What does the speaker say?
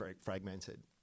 fragmented